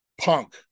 punk